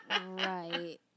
right